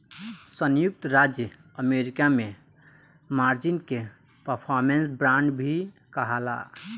संयुक्त राज्य अमेरिका में मार्जिन के परफॉर्मेंस बांड भी कहाला